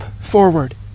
forward